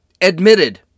admitted